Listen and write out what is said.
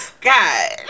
god